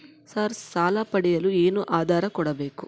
Sir ಸಾಲ ಪಡೆಯಲು ಏನು ಆಧಾರ ಕೋಡಬೇಕು?